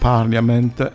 Parliament